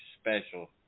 special